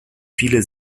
viele